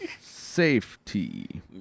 Safety